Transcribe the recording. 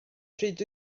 pryd